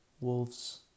wolves